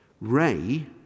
Ray